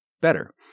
better